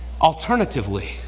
alternatively